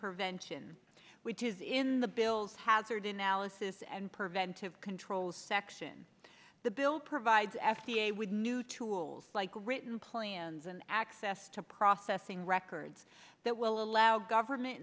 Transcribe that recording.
prevention which is in the bills hazard analysis and preventive controls section the bill provides f d a with new tools like written plans and access to processing records that will allow government